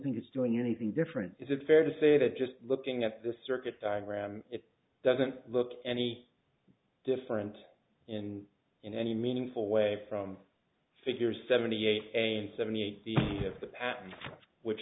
think it's doing anything different is it fair to say that just looking at the circuit diagram it doesn't look any different in in any meaningful way from figures seventy eight and seventy eight of the past which